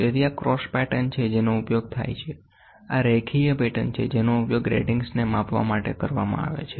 તેથી આ cross pattern છે જેનો ઉપયોગ થાય છે આ રેખીય પેટર્ન છે જેનો ઉપયોગ ગ્રેટીંગ્સને માપવા માટે કરવામાં આવે છે